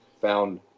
found